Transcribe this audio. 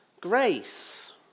grace